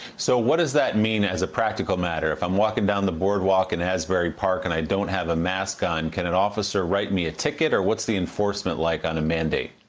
so what does that mean as a practical matter? if i'm walking down the boardwalk in asbury park and i don't have a mask on, can an officer write me a ticket or what's the enforcement like on a mandate?